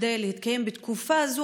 כדי להתקיים בתקופה הזו,